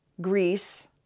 Greece